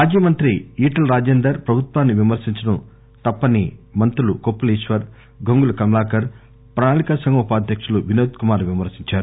మాజీ మంత్రి ఈటెల రాజేందర్ ప్రభుత్వాన్ని విమర్శించడం తప్పని మంత్రులు కోప్పుల ఈశ్వర్ గంగూల కమలాకర్ ప్రణాళిక సంఘం ఉపాధ్యకులు వినోద్ కుమార్ విమర్పించారు